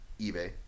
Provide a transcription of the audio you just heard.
ebay